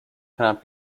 cannot